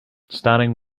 starting